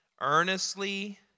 Earnestly